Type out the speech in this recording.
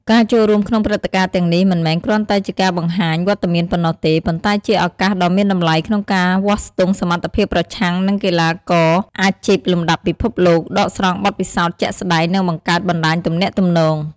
ការចូលរួមក្នុងព្រឹត្តិការណ៍ទាំងនេះមិនមែនគ្រាន់តែជាការបង្ហាញវត្តមានប៉ុណ្ណោះទេ ប៉ុន្តែជាឱកាសដ៏មានតម្លៃក្នុងការវាស់ស្ទង់សមត្ថភាពប្រឆាំងនឹងកីឡាករអាជីពលំដាប់ពិភពលោក ដកស្រង់បទពិសោធន៍ជាក់ស្ដែង និងបង្កើតបណ្ដាញទំនាក់ទំនង។